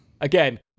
again